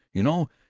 you know!